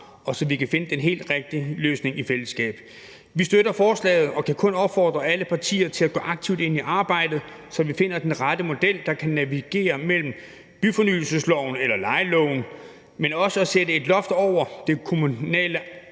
så vi kan finde den helt rigtige løsning i fællesskab. Vi støtter forslaget og kan kun opfordre alle partier til at gå aktivt ind i arbejdet, så vi finder den rette model, der kan navigere mellem byfornyelsesloven og lejeloven og sætte et loft over det kommunale